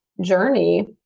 journey